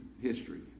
history